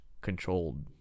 controlled